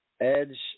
Edge